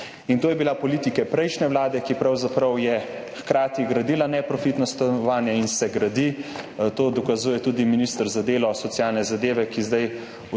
To je bila politika prejšnje vlade, ki je pravzaprav hkrati gradila neprofitna stanovanja. In se gradi. To dokazuje tudi minister za delo, socialne zadeve, ki zdaj odpira